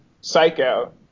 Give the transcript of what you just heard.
psycho